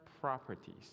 properties